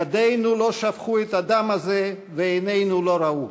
ידינו לא שפכו את הדם הזה ועינינו לא ראו.